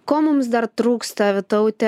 ko mums dar trūksta vytaute